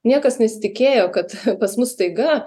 niekas nesitikėjo kad pas mus staiga